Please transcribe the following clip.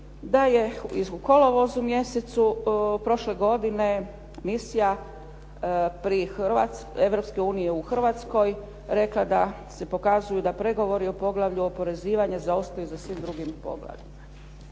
da je u kolovozu mjesecu prošle godine misija Europske unije u Hrvatskoj rekla da se pokazuju da pregovori o poglavlju oporezivanja zaostaju za svim drugim poglavljima.